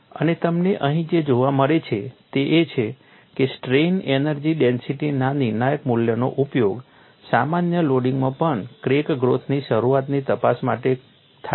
અને તમને અહીં જે જોવા મળે છે તે એ છે કે સ્ટ્રેઇન એનર્જી ડેન્સિટીના આ નિર્ણાયક મૂલ્યનો ઉપયોગ સામાન્ય લોડિંગમાં પણ ક્રેક ગ્રોથની શરૂઆતની તપાસ કરવા માટે થાય છે